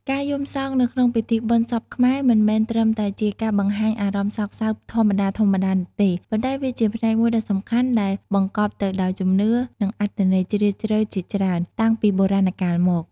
ការយំសោកនៅក្នុងពិធីបុណ្យសពខ្មែរមិនមែនត្រឹមតែជាការបង្ហាញអារម្មណ៍សោកសៅធម្មតាៗនោះទេ ប៉ុន្តែវាជាផ្នែកមួយដ៏សំខាន់ដែលបង្កប់ទៅដោយជំនឿ និងអត្ថន័យជ្រាលជ្រៅជាច្រើន តាំងពីបុរាណកាលមក។